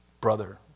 brother